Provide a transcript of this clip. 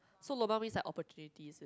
so lobang means like opportunities